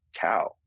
cow